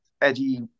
eddie